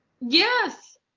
Yes